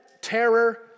terror